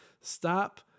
Stop